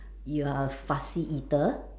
you're a fussy eater